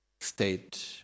state